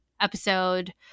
episode